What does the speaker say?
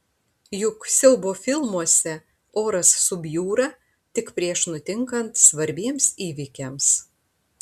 juk siaubo filmuose oras subjūra tik prieš nutinkant svarbiems įvykiams